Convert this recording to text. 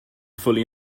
fully